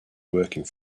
working